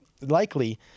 likely